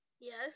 Yes